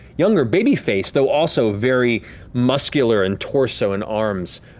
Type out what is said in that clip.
younger, baby-faced, though also very muscular, in torso and arms,